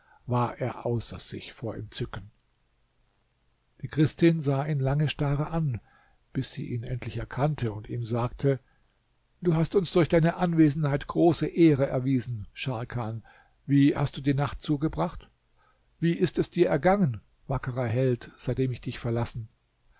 war er außer sich vor entzücken die christin sah ihn lange starr an bis sie ihn endlich erkannte und ihm sagte du hast uns durch deine anwesenheit große ehre erwiesen scharkan wie hast du die nacht zugebracht wie ist es dir gegangen wackerer held seitdem ich dich verlassen